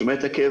שומע את הכאב,